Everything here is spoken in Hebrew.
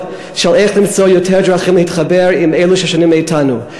איך למצוא יותר דרכים להתחבר עם אלו ששונים מאתנו,